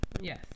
Yes